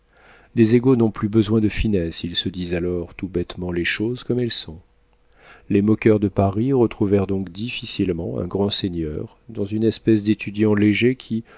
des égaux n'ont plus besoin de finesses ils se disent alors tout bêtement les choses comme elles sont les moqueurs de paris retrouvèrent donc difficilement un grand seigneur dans une espèce d'étudiant léger qui